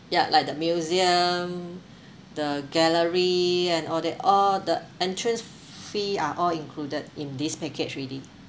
ya like the museum the gallery and all that they all the entrance fee are all included in this package ready